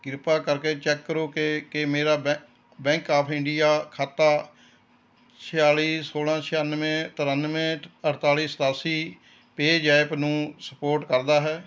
ਕ੍ਰਿਪਾ ਕਰਕੇ ਚੈੱਕ ਕਰੋ ਕਿ ਕੀ ਮੇਰਾ ਬੈਂਕ ਆਫ ਇੰਡੀਆ ਖਾਤਾ ਛਿਆਲੀ ਸੋਲ੍ਹਾਂ ਛਿਆਨਵੇਂ ਤਰਾਨਵੇਂ ਅਠਤਾਲੀ ਸਤਾਸੀ ਪੇਅਜ਼ੈਪ ਨੂੰ ਸਪੋਟ ਕਰਦਾ ਹੈ